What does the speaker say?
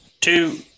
two